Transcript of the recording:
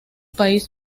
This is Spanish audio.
país